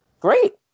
Great